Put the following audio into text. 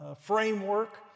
framework